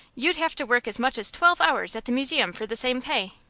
you'd have to work as much as twelve hours at the museum for the same pay.